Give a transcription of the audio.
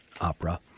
Opera